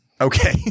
Okay